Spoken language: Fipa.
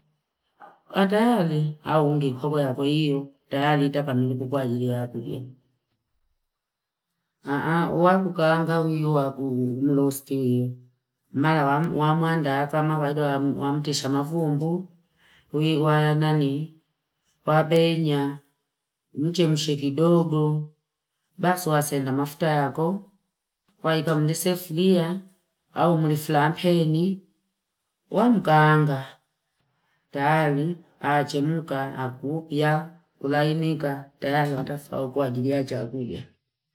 Atayali au nge kikoba wa kweiyo tayari taka niku kwa ajili yako, wakukaanga uiyo wakuli irosti hiyo nala wa muanda akama wamtisha mafumbuu wii waya nanii wapenyaa, mchemshe kidogo basi wasenda mafuta yako waika mli suflia au mi flampeni wamkaanga taali awachemka akupya kulainika newala tafau kwaajili ya chakula.